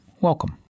welcome